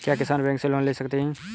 क्या किसान बैंक से लोन ले सकते हैं?